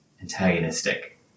antagonistic